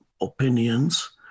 opinions